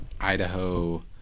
Idaho